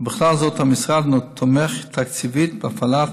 ובכלל זאת המשרד תומך תקציבית בהפעלת